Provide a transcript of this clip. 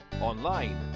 online